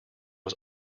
was